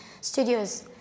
Studios